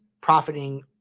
profiting